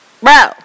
Bro